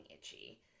itchy